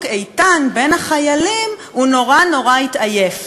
איתן" בין החיילים הוא נורא נורא התעייף,